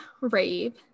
rave